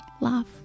love